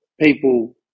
people